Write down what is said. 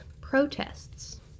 protests